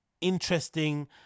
interesting